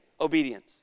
obedience